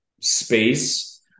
space